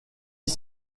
ils